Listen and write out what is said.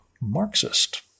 Marxist